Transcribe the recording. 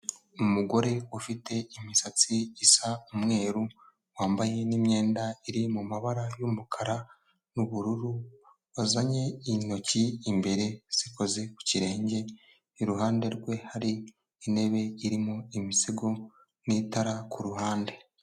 Umugore ufite imisatsi isa umweru wambaye n'imyenda iri mu mabara y'umukara n'ubururu bazanye intoki imbere zikoze ku kirenge iruhande rwe hari intebe irimo imisego n'itara kuruhande.